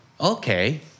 Okay